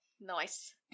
Nice